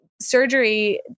surgery